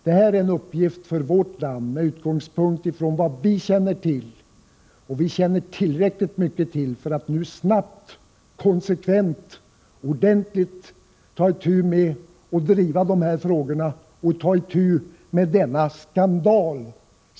Det är en uppgift för vårt land med utgångspunkt i det vi känner till. Vi känner till tillräckligt mycket för att nu snabbt, konsekvent och ordentligt ta itu med och driva de här frågorna och för att ta itu med denna skandal.